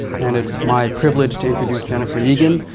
and it's my privilege to introduce jennifer egan.